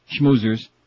schmoozers